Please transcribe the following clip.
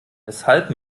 weshalb